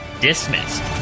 dismissed